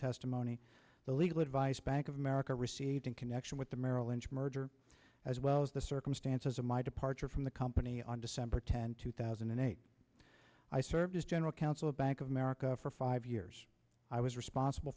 testimony the legal advice bank of america received in connection with the merrill lynch merger as well as the circumstances of my departure from the company on december tenth two thousand and eight i served as general counsel of bank of america for five years i was responsible